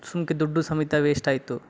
ಸುಮ್ಕೆ ದುಡ್ಡೂ ಸಮೇತ ವೇಸ್ಟ್ ಆಯಿತು